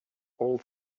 all